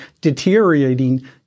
deteriorating